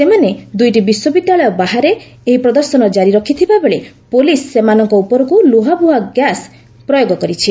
ସେମାନେ ଦୁଇଟି ବିଶ୍ୱବିଦ୍ୟାଳୟ ବାହାରେ ଏହି ପ୍ରଦର୍ଶନ କାରି ରଖିଥିବା ବେଳେ ପୋଲିସ୍ ସେମାନଙ୍କ ଉପରକୁ ଲୁହବୁହା ଗ୍ୟାସ୍ ପ୍ରୟୋଗ କରିଛି